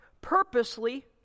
purposely